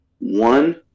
one